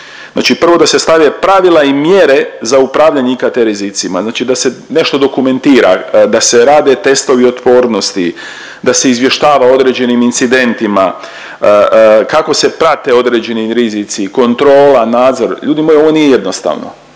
prvo da se stave pravila i mjere za upravljanje IKT rizicima, znači da se nešto dokumentira, da se rade testovi otpornosti, da se izvještava o određenim incidentima, kako se prate određeni rizici, kontrola, nadzor, ljudi moji ovo nije jednostavno,